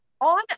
on